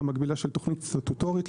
המקבילה של תוכנית סטטוטורית,